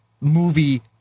movie